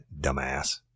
Dumbass